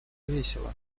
весело